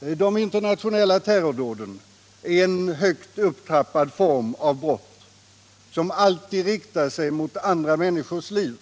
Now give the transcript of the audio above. De internationella terrordåden är en högt upptrappad form av brott, som alltid riktar sig mot andra människors liv